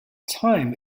time